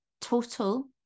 total